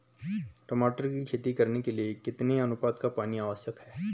टमाटर की खेती करने के लिए कितने अनुपात का पानी आवश्यक है?